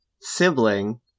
sibling